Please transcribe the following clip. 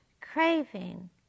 craving